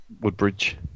Woodbridge